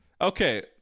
Okay